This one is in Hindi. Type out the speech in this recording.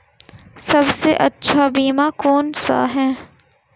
सबसे अच्छा बीमा कौन सा है?